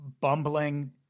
bumbling